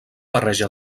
barreja